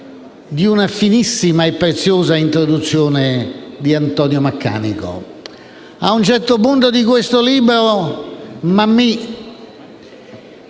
Grazie,